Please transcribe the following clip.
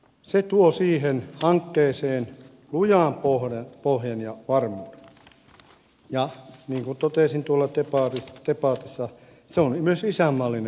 se tuo hankkeeseen lujan pohjan ja varmuuden ja niin kuin totesin debatissa se on myös isänmaallinen ratkaisu